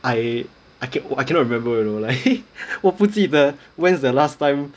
I I can~ I cannot remember you know like 我不记得 when's the last time